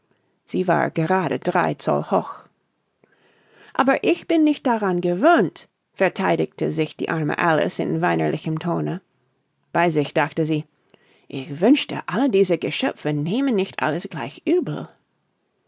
sie war gerade drei zoll hoch aber ich bin nicht daran gewöhnt vertheidigte sich die arme alice in weinerlichem tone bei sich dachte sie ich wünschte alle diese geschöpfe nähmen nicht alles gleich übel